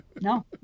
No